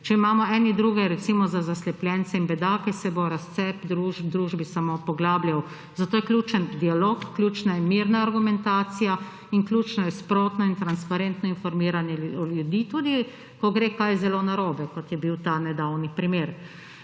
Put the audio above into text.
Če imamo eni druge, recimo, za zaslepljence in bedake, se bo razcep v družbi samo poglabljal. Zato je ključen dialog, ključna je mirna argumentacija in ključno je sprotno in transparentno informiranje ljudi, tudi ko gre kaj zelo narobe, kot je bil ta nedavni primer.